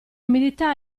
umidità